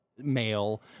male